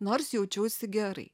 nors jaučiausi gerai